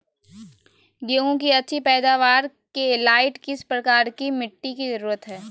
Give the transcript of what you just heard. गेंहू की अच्छी पैदाबार के लाइट किस प्रकार की मिटटी की जरुरत है?